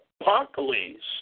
Apocalypse